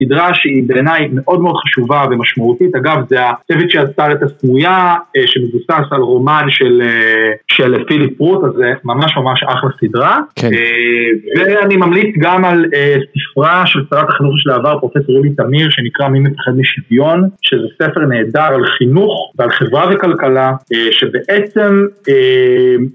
סדרה שהיא בעיניי מאוד מאוד חשובה ומשמעותית, אגב זה הצוות שיצר את הסמויה שמבוססת על רומן של פיליפ רות הזה, ממש ממש אחלה סדרה ואני ממליץ גם על ספרה של שרת החינוך שלשעבר, פרופ' יולי תמיר שנקרא מי מפחד משוויון שזה ספר נהדר על חינוך ועל חברה וכלכלה שבעצם